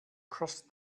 crossed